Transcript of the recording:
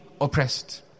oppressed